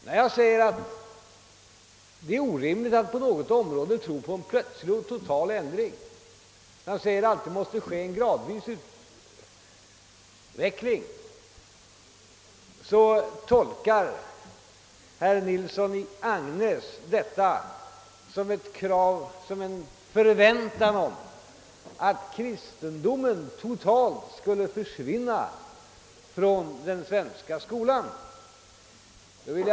När jag säger att det är orimligt att på något område tro på en plötslig och total ändring och att utvecklingen måste ske gradvis, tolkar herr Nilsson i Agnäs detta så, att kristendomen totalt skulle försvinna från den svenska skolans undervisning.